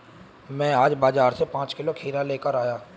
मैं आज बाजार से पांच किलो खीरा लेकर आया